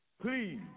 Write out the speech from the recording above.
Please